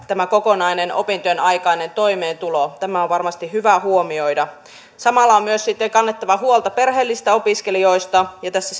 tämä kokonainen opintojenaikainen toimeentulo tämä on varmasti hyvä huomioida samalla on kannettava huolta perheellisistä opiskelijoista ja tässä